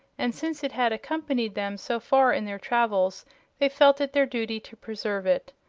and since it had accompanied them so far in their travels they felt it their duty to preserve it.